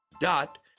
dot